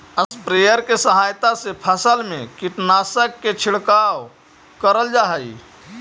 sprayer के सहायता से फसल में कीटनाशक के छिड़काव करल जा हई